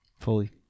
fully